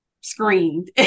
screamed